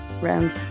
round